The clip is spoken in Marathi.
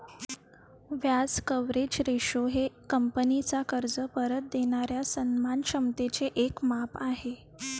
व्याज कव्हरेज रेशो हे कंपनीचा कर्ज परत देणाऱ्या सन्मान क्षमतेचे एक माप आहे